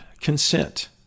consent